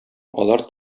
алар